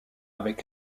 avec